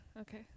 okay